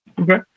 okay